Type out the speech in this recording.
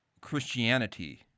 Christianity